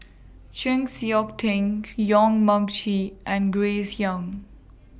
Chng Seok Tin Yong Mun Chee and Grace Young